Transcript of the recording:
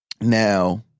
Now